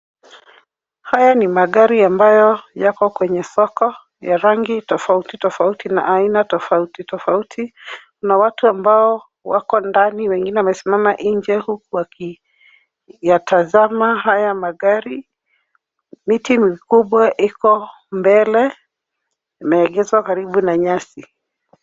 Haya ni magari ambayo yako kwenye soko ya rangi tofauti tofauti na aina tofauti tofauti na watu ambao wako ndani wengine wamesimama nje huku wakiyatazama haya magari. Miti mikubwa iko mbele. Imeegeshwa karibu na nyasi.